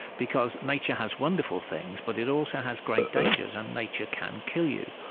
because nature has wonderful things, but it also has great dangers, and nature can kill you.